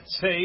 say